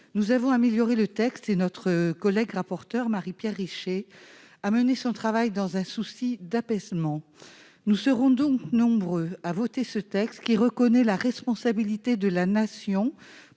Nous avons amélioré le texte, et notre collègue rapporteure, Marie-Pierre Richer, a mené son travail dans un souci d'apaisement. Nous serons donc nombreux à voter ce projet de loi, qui reconnaît la responsabilité de la Nation